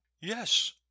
yes